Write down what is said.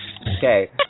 Okay